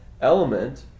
element